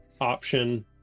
option